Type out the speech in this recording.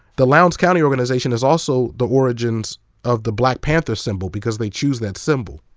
the lowndes county organization is also the origins of the black panther symbol, because they choose that symbol.